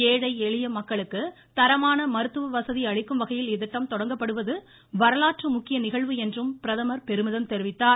ஏழை எளிய மக்களுக்கு தரமான மருத்துவ வசதி அளிக்கும் வகையில் இத்திட்டம் தொடங்கப்படுவது வரலாற்று முக்கிய நிகழ்வு என்றும் பிரதமர் பெருமிதம் தெரிவித்தார்